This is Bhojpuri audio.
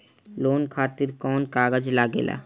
लोन खातिर कौन कागज लागेला?